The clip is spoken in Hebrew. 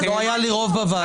לא היה לי רוב בוועדה?